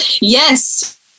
Yes